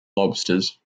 lobsters